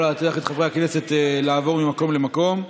להטריח את חברי הכנסת לעבור ממקום למקום.